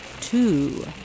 two